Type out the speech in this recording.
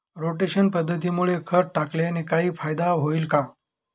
Rotation पद्धतीमुळे खत टाकल्याने काही फायदा होईल का?